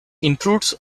intrudes